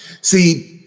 see